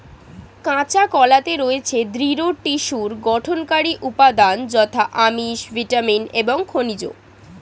কাঁচা কলাতে রয়েছে দৃঢ় টিস্যুর গঠনকারী উপাদান যথা আমিষ, ভিটামিন এবং খনিজ